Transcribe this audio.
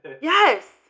Yes